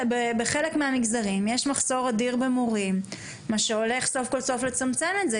בחלק מהמגזרים יש מחסור אדיר במורים וזה הולך סוף סוף לצמצם את זה.